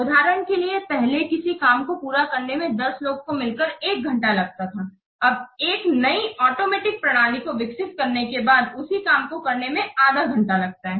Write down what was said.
उदाहरण के लिए पहले किसी काम को पूरा करने में १० लोग को मिलकर 1 घंटा लगता थे अब एक नयी आटोमेटिक प्रणाली को विकसित करने के बाद उसी काम को करने में आधा घंटा लगता है